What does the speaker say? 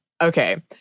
okay